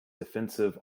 defensive